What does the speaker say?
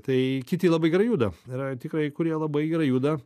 tai kiti labai gerai juda yra tikrai kurie labai gerai juda